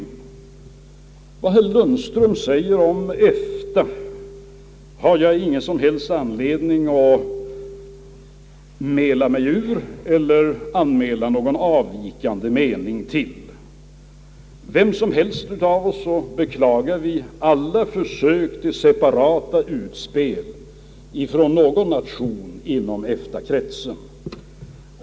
Till vad herr Lundström säger om EFTA har jag ingen som helst orsak att anmäla någon avvikande mening. Vi beklagar alla försök till separata utspel från någon nation inom EFTA-kretsen.